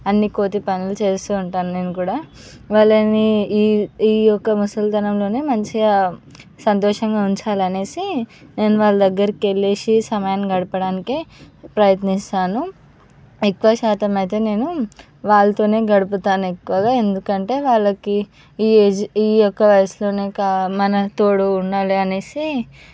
అన్ని కోతి పనులు చేస్తూ ఉంటాను నేను కూడా వాళ్ళని ఈ ఈ యొక్క ముసలితనంలోనే మంచిగా సంతోషంగా ఉంచాలనేసి నేను వాళ్ళ దగ్గరికి వెళ్ళేసి సమయాన్ని గడపడానికి ప్రయత్నిస్తాను ఎక్కువ శాతం అయితే నేను వాళ్ళతోనే గడుపుతాను ఎక్కువగా ఎందుకంటే వాళ్ళకి ఈ ఏజ్ ఈ యొక్క వయసులోనే మనకు తోడు ఉండాలి అనేసి